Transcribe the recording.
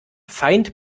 feind